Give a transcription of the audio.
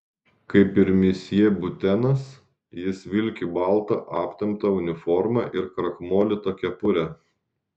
kaip ir misjė butenas jis vilki baltą aptemptą uniformą ir krakmolytą kepurę